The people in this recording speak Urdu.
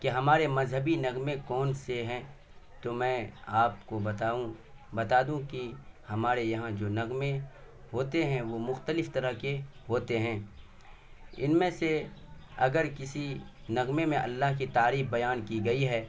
کہ ہماری مذہبی نغمے کون سے ہیں تو میں آپ کو بتاؤں بتا دوں کہ ہمارے یہاں جو نغمے ہوتے ہیں وہ مختلف طرح کے ہوتے ہیں ان میں سے اگر کسی نغمے میں اللہ کی تعریف بیان کی گئی ہے